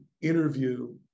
interview